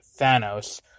Thanos